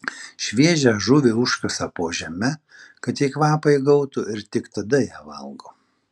šviežią žuvį užkasa po žeme kad ji kvapą įgautų ir tik tada ją valgo